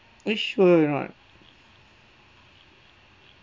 are you sure or not